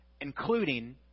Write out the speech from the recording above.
including